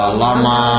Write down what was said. lama